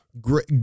great